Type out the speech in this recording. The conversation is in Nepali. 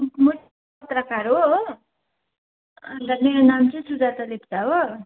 म पत्रकार हो हो अन्त मेरो नाम चाहिँ सुजाता लेप्चा हो